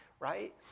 Right